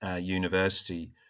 university